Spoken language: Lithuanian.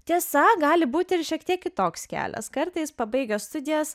tiesa gali būti ir šiek tiek kitoks kelias kartais pabaigę studijas